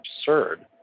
absurd